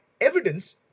evidence